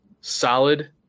solid